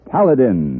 Paladin